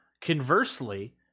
Conversely